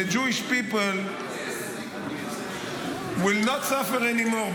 The Jewish People will not suffer anymore,